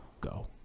Go